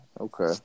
okay